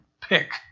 pick